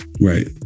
right